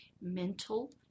mental